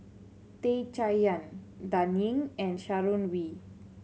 Tan Chay Yan Dan Ying and Sharon Wee